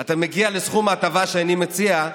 אתה מגיע לסכום ההטבה שאני מציע,